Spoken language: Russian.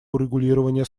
урегулирования